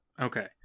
Okay